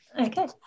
Okay